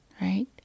right